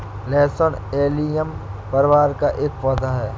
लहसुन एलियम परिवार का एक पौधा है